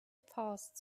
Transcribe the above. fast